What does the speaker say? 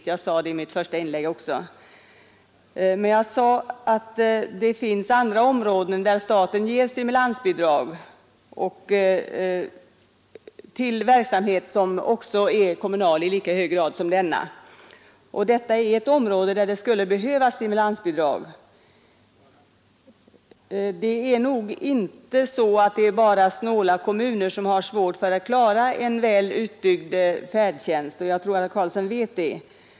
Jag sade också detta i mitt första inlägg, men jag nämnde att det också finns andra områden, där staten ger stimulansbidrag till kommunal verksamhet. Detta är ett område där det skulle behövas stimulansbidrag. Det är nog inte så, att det bara är fattiga kommuner som har svårt för att klara en väl utbyggd färdtjänst; jag tror att herr Karlsson vet det.